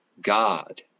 God